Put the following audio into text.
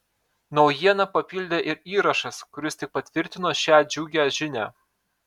naujieną papildė ir įrašas kuris tik patvirtino šią džiugią žinią